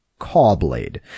Cawblade